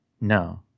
No